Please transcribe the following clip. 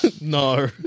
No